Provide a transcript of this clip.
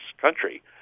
country